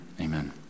amen